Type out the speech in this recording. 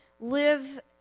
live